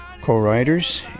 co-writers